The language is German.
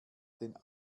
den